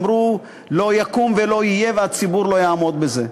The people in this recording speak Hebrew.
אמרו: לא יקום ולא יהיה והציבור לא יעמוד בזה.